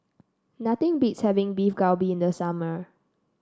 nothing beats having Beef Galbi in the summer